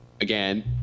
Again